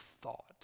thought